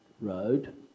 road